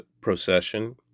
procession